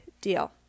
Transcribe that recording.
deal